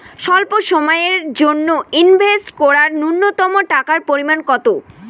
স্বল্প সময়ের জন্য ইনভেস্ট করার নূন্যতম টাকার পরিমাণ কত?